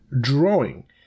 drawing